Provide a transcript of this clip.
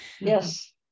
Yes